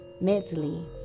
Mentally